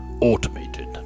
automated